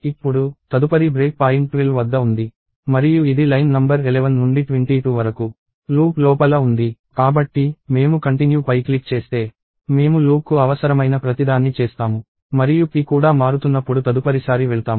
ఇప్పుడు తదుపరి break point 12 వద్ద ఉంది మరియు ఇది లైన్ నంబర్ 11 నుండి 22 వరకు లూప్ లోపల ఉంది కాబట్టి మేము కంటిన్యూ పై క్లిక్ చేస్తే మేము లూప్కు అవసరమైన ప్రతిదాన్ని చేస్తాము మరియు p కూడా మారుతున్నప్పుడు తదుపరిసారి వెళ్తాము